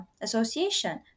association